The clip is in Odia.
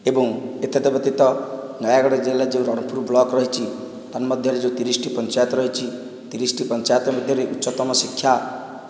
ଏବଂ ଏତଦ୍ ବ୍ୟତୀତ ନୟାଗଡ଼ ଜିଲ୍ଲାରେ ଯେଉଁ ରଣପୁର ବ୍ଲକ ରହିଛି ତନ୍ମଧ୍ୟରେ ଯେଉଁ ତିରିଶଟି ପଞ୍ଚାୟତ ରହିଛି ତିରିଶଟି ପଞ୍ଚାୟତ ମଧ୍ୟରେ ଉଚ୍ଚତମ ଶିକ୍ଷା